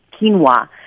quinoa